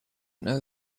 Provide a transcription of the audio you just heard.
know